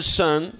son